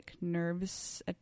nerves